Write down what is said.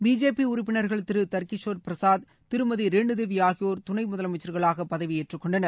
BJP உறுப்பினர்கள் திரு தர்கிஷோர் பிரசாத் திருமதி ரேணுதேவிஆகியோர் துணை முதலமைச்சர்களாக பதவி ஏற்றுக் கொண்டனர்